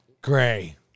gray